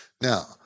Now